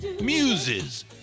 Muses